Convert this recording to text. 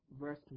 verse